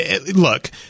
look